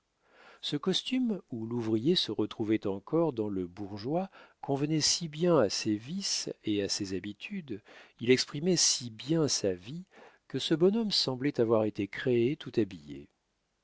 ce costume où l'ouvrier se retrouvait encore dans le bourgeois convenait si bien à ses vices et à ses habitudes il exprimait si bien sa vie que ce bonhomme semblait avoir été créé tout habillé